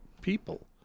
people